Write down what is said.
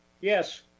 Yes